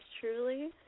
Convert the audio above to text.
truly